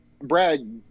Brad